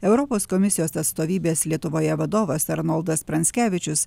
europos komisijos atstovybės lietuvoje vadovas arnoldas pranckevičius